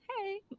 hey